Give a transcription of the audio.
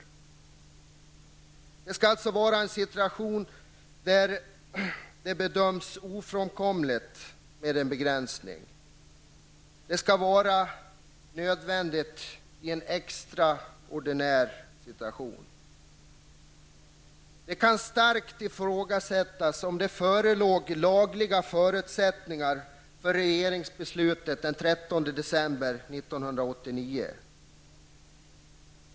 Det skall alltså vara en situation där det bedöms som ofrånkomligt med en begränsning. Det skall vara nödvändigt, i en extraordinär situation. Det kan starkt ifrågasättas om det förelåg lagliga förutsättningar för regeringsbeslutet den 13 december 1989.